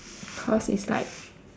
because is like